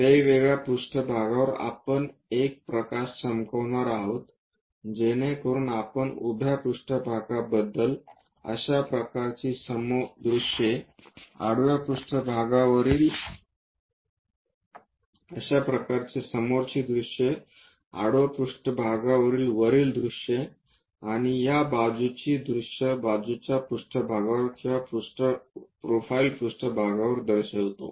वेगवेगळ्या पृष्ठभागावर आपण एक प्रकाश चमकवणार आहोत जेणेकरून आपण उभ्या पृष्ठभागा बद्दल अशा प्रकारचे समोरची दृश्ये आडव्या पृष्ठभागावरील वरील दृश्ये आणि या बाजूची दृश्य बाजूच्या पृष्ठभागावर किंवा प्रोफाइल पृष्ठभागावर दर्शवितो